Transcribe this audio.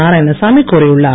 நாராயணசாமி கூறியுள்ளார்